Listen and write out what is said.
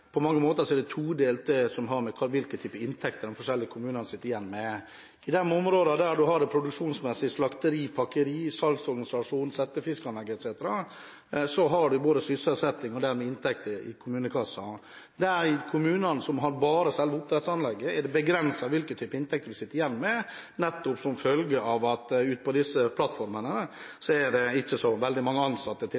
forskjellige kommunene sitter igjen med, todelt. I de områdene der en har det produksjonsmessige, som slakteri, pakkeri, salgsorganisasjon, settefiskanlegg etc., har en sysselsetting og dermed inntekter i kommunekassen. I de kommunene som har bare selve oppdrettsanlegget, er det begrenset hvilke typer inntekter en sitter igjen med som følge av at det ute på disse plattformene